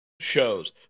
shows